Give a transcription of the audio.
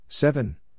Seven